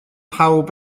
pawb